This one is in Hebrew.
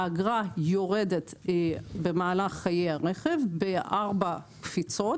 האגרה יורדת במהלך חיי הרכב בארבע קפיצות.